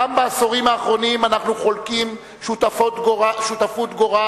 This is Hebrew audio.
גם בעשורים האחרונים אנחנו חולקים שותפות גורל,